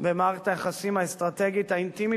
במערכת היחסים האסטרטגית האינטימית